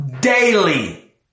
daily